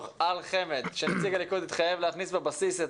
על חמ"ד כשנציג הליכוד התחייב להכניס בבסיס את